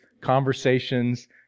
conversations